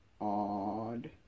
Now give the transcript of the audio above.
Odd